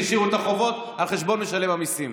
שהשאירו את החובות על חשבון משלם המיסים.